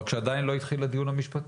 רק שעדיין לא התחיל הדיון משפטי,